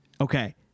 Okay